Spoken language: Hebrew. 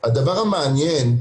הדבר המעניין,